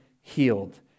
healed